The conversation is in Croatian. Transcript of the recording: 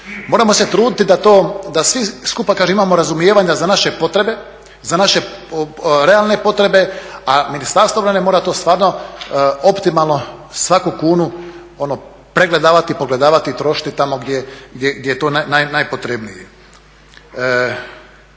Moramo se truditi da to, da svi skupa kaže imamo razumijevanja za naše potrebe, za naše realne potrebe a Ministarstvo obrane mora to stvarno optimalno svaku kunu pregledavati, pogledavati i trošiti tamo gdje je to najpotrebnije.